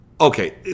okay